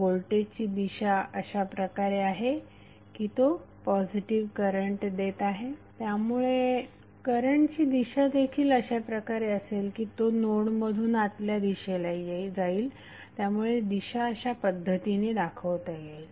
व्होल्टेजची दिशा अशाप्रकारे आहे की तो पॉझिटिव्ह करंट देत आहे त्यामुळे करंटची दिशा देखील अशाप्रकारे असेल की तो नोडमधून आतल्या दिशेला जाईल त्यामुळे दिशा अशा पद्धतीने दाखवता येईल